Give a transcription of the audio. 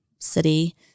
City